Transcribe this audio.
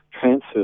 transfer